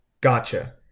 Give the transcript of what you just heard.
Gotcha